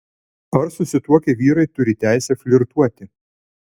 ar susituokę vyrai turi teisę flirtuoti